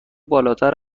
بالاتر